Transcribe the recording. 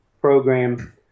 program